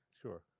Sure